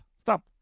stop